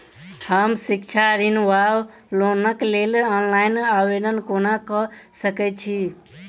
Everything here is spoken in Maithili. हम शिक्षा ऋण वा लोनक लेल ऑनलाइन आवेदन कोना कऽ सकैत छी?